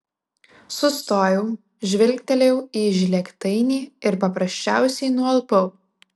sustojau žvilgtelėjau į žlėgtainį ir paprasčiausiai nualpau